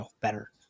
better